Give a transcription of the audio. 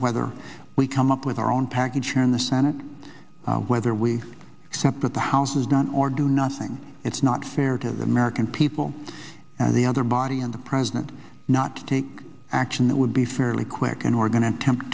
whether we come up with our own package here in the senate whether we accept that the house is not or do nothing it's not fair to the american people and the other body and the president not to take action that would be fairly quick and we're going t